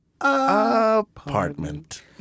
Apartment